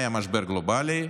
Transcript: היה משבר גלובלי,